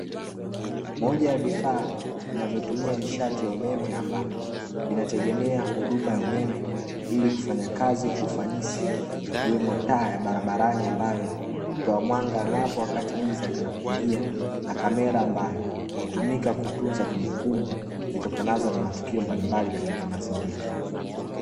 Moja ya vifaa vinavyotumia nishati ya umeme ambapo vinategemea huduma ya umeme, ili kufanya kazi kwa ufanisi, ikiwemo taa ya barabarani ambayo hutoa mwanga angavu wakati giza linapoingia, na kamera ambayo hutumika kutunza kumbukumbu zitokanazo na matukio mbalimbali katika mazingira.